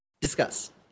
Discuss